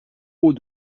haut